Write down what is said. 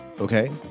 Okay